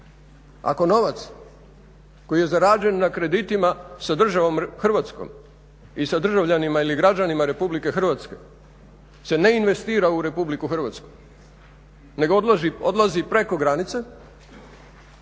ako novac koji je zarađen na kreditima sa državom Hrvatskom i sa državljanima ili građanima RH se ne investira u RH nego odlazi preko granice,